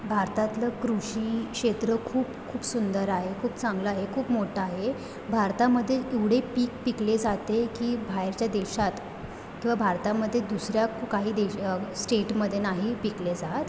भारतातलं कृषी क्षेत्र खूप खूप सुंदर आहे खूप चांगलं आहे खूप मोठं आहे भारतामध्ये एवढे पीक पिकले जाते की बाहेरच्या देशात किंवा भारतामध्ये दुसऱ्या कु काही देश स्टेटमध्ये नाही पिकले जात